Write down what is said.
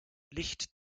licht